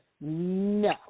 No